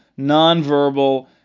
Nonverbal